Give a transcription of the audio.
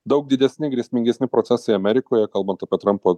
daug didesni grėsmingesni procesai amerikoje kalbant apie trampo